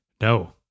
No